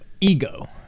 Ego